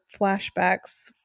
flashbacks